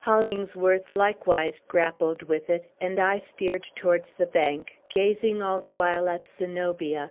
hollingsworth likewise grappled with it and i steered towards the bank, gazing all the while at zenobia,